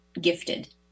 gifted